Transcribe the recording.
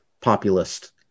populist